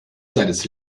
seines